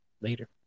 Later